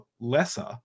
lesser